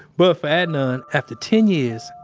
but for adnan, after ten years,